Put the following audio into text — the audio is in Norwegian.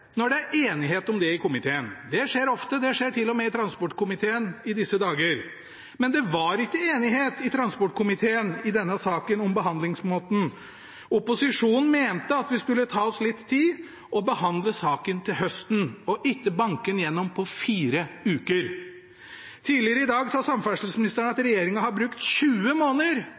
når det er enighet om det i komiteen. Det skjer ofte, det skjer til og med i transportkomiteen i disse dager – men det var ikke enighet i transportkomiteen om behandlingsmåten i denne saken. Opposisjonen mente at vi skulle ta oss litt tid og behandle saken til høsten, og ikke banke den igjennom på fire uker. Tidligere i dag sa samferdselsministeren at